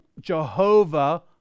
Jehovah